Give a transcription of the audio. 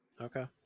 Okay